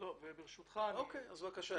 אנחנו נבחן לעומק לפני שנעשה מהלך פה.